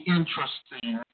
interesting